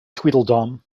tweedledum